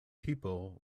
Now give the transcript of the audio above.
people